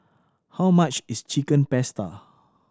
how much is Chicken Pasta